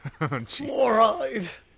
Fluoride